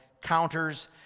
counters